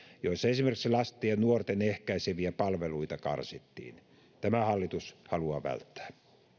jolloin esimerkiksi lasten ja nuorten ehkäiseviä palveluita karsittiin tämän hallitus haluaa välttää